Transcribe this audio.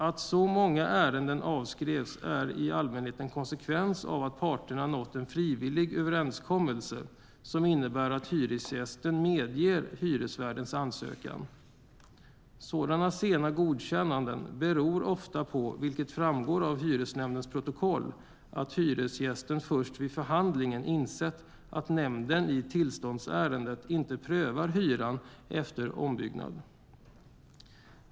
Att så många ärenden avskrevs är i allmänhet en konsekvens av att parterna nått en frivillig överenskommelse som innebär att hyresgästen medger hyresvärdens ansökan. Sådana sena godkännanden beror ofta på, vilket framgår av hyresnämndens protokoll, att hyresgästen först vid förhandlingen insett att nämnden i tillståndsärendet inte prövar hyran efter ombyggnad.